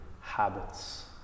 habits